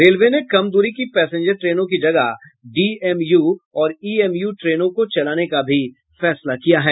railway ने कम दूरी की पैसेंजर ट्रेनों की जगह डीएमयू और ईएमयू ट्रेनों को चलाने का भी फैसला किया है